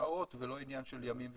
שעות ולא עניין של ימים ושבועות.